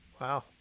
Wow